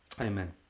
Amen